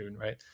right